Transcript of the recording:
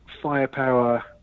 firepower